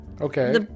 Okay